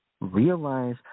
realize